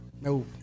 No